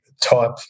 type